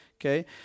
Okay